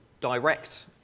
direct